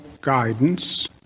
guidance